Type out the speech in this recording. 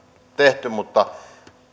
tehty mutta